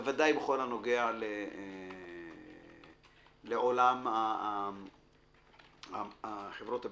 בוודאי בכל הנוגע לעולם חברות הביטוח.